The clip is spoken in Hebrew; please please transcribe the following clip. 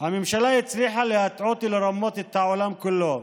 הממשלה הצליחה להטעות ולרמות את העולם כולו,